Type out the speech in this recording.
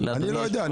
אני לא יודע.